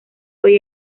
hoy